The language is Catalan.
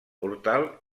portal